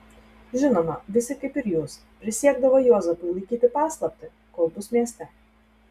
žinoma visi kaip ir jūs prisiekdavo juozapui laikyti paslaptį kol bus mieste